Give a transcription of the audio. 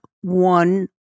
one